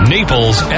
Naples